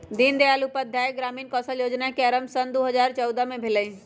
दीनदयाल उपाध्याय ग्रामीण कौशल जोजना के आरम्भ सन दू हज़ार चउदअ से भेलइ